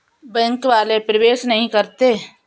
Bank वाले प्रवेश नहीं करते हैं?